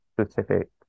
specific